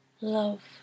Love